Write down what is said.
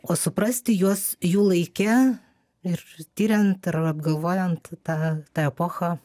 o suprasti juos jų laike ir tiriant ar apgalvojant tą tą epochą